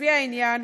לפי העניין,